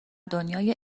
دنیای